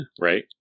right